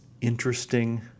interesting